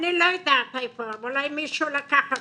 אני לא יודעת איפה, אולי מישהו לקח אותה.